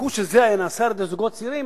הביקוש היה נגרם על-ידי זוגות צעירים,